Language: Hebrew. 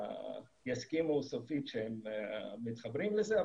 שיסכימו סופית שהם מתחברים לזה,